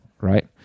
right